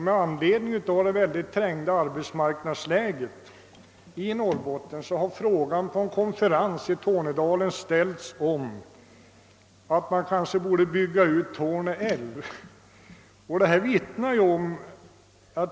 Med anledning av det trängda arbetsmarknadsläget i Norrbotten har på en konferens i Tornedalen frågan väckts om man kanske borde bygga ut Torne älv.